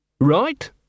Right